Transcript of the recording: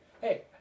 hey